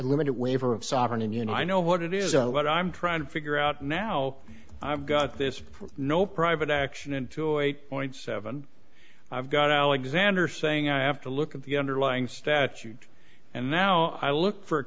limited waiver of sovereign and you know i know what it is what i'm trying to figure out now i've got this before no private action into oit point seven i've got alexander saying i have to look at the underlying statute and now i look for a